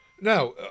Now